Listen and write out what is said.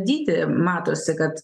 dydį matosi kad